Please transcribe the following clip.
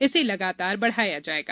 इसे लगातार बढ़ाया जाएगा